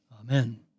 Amen